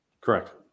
Correct